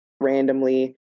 randomly